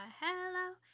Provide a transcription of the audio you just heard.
hello